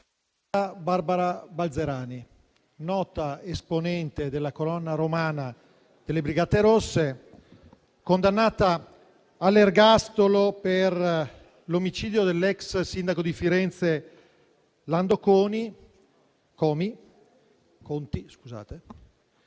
Barbara Balzerani, nota esponente della colonna romana delle Brigate Rosse, condannata all'ergastolo per l'omicidio dell'ex sindaco di Firenze, Lando Conti,